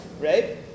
right